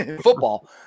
football